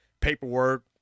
paperwork